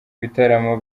ibitaramo